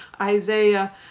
Isaiah